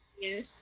Yes